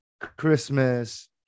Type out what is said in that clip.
Christmas